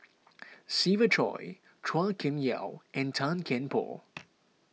Siva Choy Chua Kim Yeow and Tan Kian Por